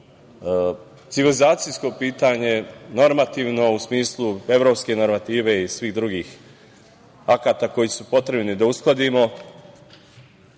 civilizacijsko pitanje, normativno u smislu evropske normative i svih drugih akata koji su potrebni da uskladimo